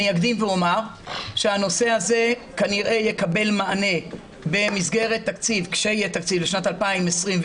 אקדים ואומר שהנושא הזה כנראה יקבל מענה במסגרת תקציב לשנת 2021,